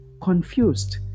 confused